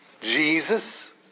Jesus